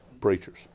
preachers